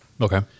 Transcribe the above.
Okay